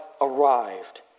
arrived